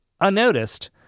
unnoticed